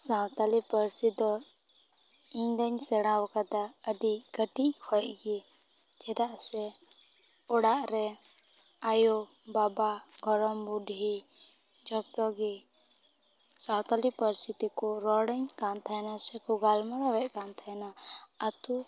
ᱥᱟᱣᱛᱟᱞᱤ ᱯᱟᱹᱨᱥᱤᱫᱚ ᱤᱧ ᱫᱚᱧ ᱥᱮᱬᱟ ᱟᱠᱟᱫᱟ ᱠᱟᱹᱴᱤᱡ ᱠᱷᱚᱱ ᱜᱮ ᱪᱮᱫᱟᱜ ᱥᱮ ᱚᱲᱟᱜ ᱨᱮ ᱟᱭᱳᱼᱵᱟᱵᱟ ᱜᱚᱲᱚᱢ ᱵᱩᱰᱷᱤ ᱡᱚᱛᱚ ᱜᱮ ᱥᱟᱱᱛᱟᱞᱤ ᱯᱟᱹᱨᱥᱤᱛᱮᱠᱚ ᱨᱚᱲᱤᱧ ᱠᱟᱱ ᱛᱟᱦᱮᱱᱟ ᱥᱮᱠᱚ ᱜᱟᱞᱢᱟᱨᱟᱣᱤᱧ ᱠᱟᱱ ᱛᱮᱦᱮᱱᱟ ᱟᱛᱳ